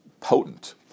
potent